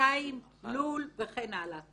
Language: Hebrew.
2 לול וכן הלאה.